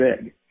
big